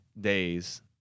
days